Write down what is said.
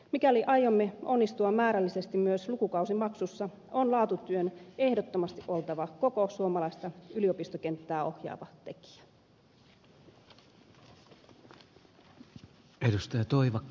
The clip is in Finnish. mikäli aiomme onnistua määrällisesti myös lukukausimaksuissa on laatutyön ehdottomasti oltava koko suomalaista yliopistokenttää ohjaava tekijä